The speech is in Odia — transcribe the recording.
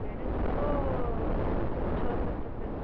ସେଇଟା ଥିବ ଛଅ ସାତ ପେଜ୍